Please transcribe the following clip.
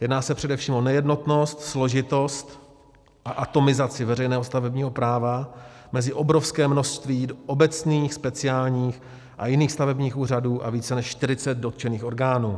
Jedná se především o nejednotnost, složitost a atomizaci veřejného stavebního práva mezi obrovské množství obecních, speciálních a jiných stavebních úřadů a více než 40 dotčených orgánů.